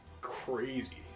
crazy